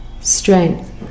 strength